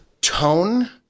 tone